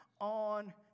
on